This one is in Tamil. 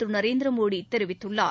திருநரேந்திரமோடிதெரிவித்துள்ளார்